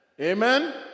Amen